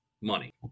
money